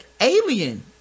alien